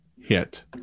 hit